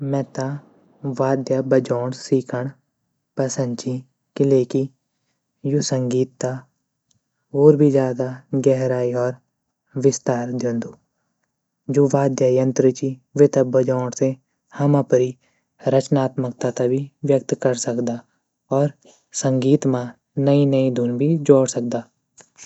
मेता वाद्य बजोण सिखण पसंद ची क़िले की यू संगीत त होड़ भी ज़्यादा गहरायी और विस्तार दयोंदू जू वाद्य यंत्र ची वेता बजोण से हम अपरि रचनात्मकता त भी व्यक्त कर सकदा और संगीत म नयी नयी धुन भी ज्वोड सकदा।